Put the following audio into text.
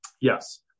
Yes